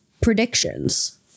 predictions